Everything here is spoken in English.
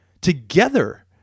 together